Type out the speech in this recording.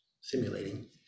simulating